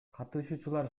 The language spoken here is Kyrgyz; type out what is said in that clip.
катышуучулар